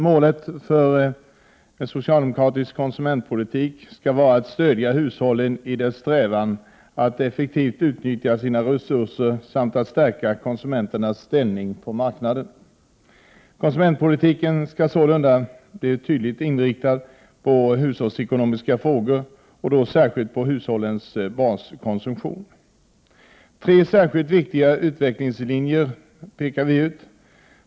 Målet för den socialdemokratiska konsumentpolitiken skall vara att stödja hushållen i deras strävan att effektivt utnyttja sina resurser samt att stärka konsumenternas ställning på marknaden. Konsumentpolitiken skall sålunda bli tydligare inriktad på hushållsekonomiska frågor och då särskilt på hushållens baskonsumtion. Vi pekar på tre särskilt viktiga utvecklingslinjer.